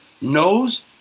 knows